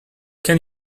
can